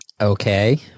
Okay